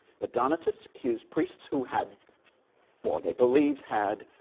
but donatists accused priests who had or they believed had